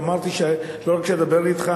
ואמרתי שלא רק שאדבר אתך,